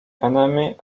enemy